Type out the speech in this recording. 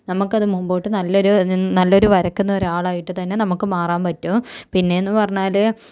നമുക്കത് മുൻപോട്ട് നല്ലൊരു നല്ലൊരു വരക്കുന്നൊരാളായിട്ട് തന്നെ നമുക്ക് മാറാൻ പറ്റും പിന്നെയെന്ന് പറഞ്ഞാൽ